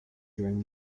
during